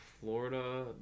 Florida